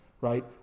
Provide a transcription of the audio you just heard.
right